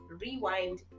Rewind